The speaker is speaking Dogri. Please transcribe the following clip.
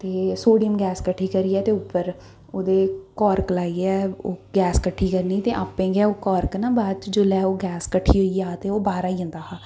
ते सोडियम गैस कट्ठी करियै ते उप्पर ओह्दे लाइयै ओह् गैस कट्ठी करनी ते आपै गै ओह् ना जोल्लै गैस कट्ठी होई जा ते ओह् बाह्र आई जंदा हा